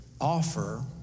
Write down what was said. offer